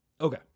Okay